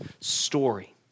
story